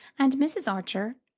and mrs. archer,